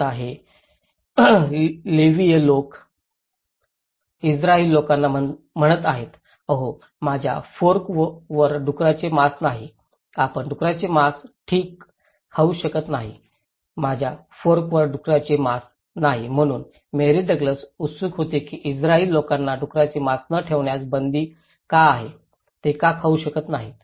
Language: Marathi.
आता हे लेवीय लोक इस्त्रायली लोकांना म्हणत आहेत अहो माझ्या फोर्क वर डुकराचे मांस नाही आपण डुकराचे मांस ठीक खाऊ शकत नाही माझ्या फोर्क वर डुकराचे मांस नाही म्हणून मेरी डग्लस उत्सुक होते की इस्त्रायली लोकांना डुकराचे मांस न ठेवण्यावर बंदी का आहे ते का खाऊ शकत नाहीत